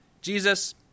Jesus